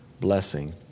blessing